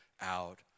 out